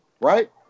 right